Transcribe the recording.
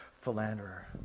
philanderer